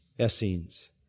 Essenes